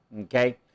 okay